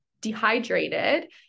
dehydrated